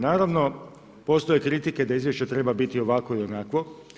Naravno, postoje kritike da izvješće treba biti ovakvo ili onakvo.